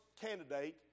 candidate